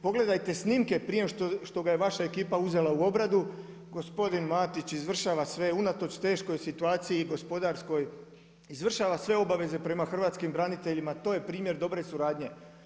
Pogledajte snimke prije nego što ga je vaša ekipa uzela u obradu, gospodin Matić izvršava sve unatoč teškoj situaciji i gospodarskoj izvršava sve obaveza prema hrvatskim braniteljima to je primjer dobre suradnje.